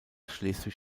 schleswig